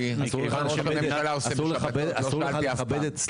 אסור לך לכבד את ---?